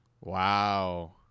Wow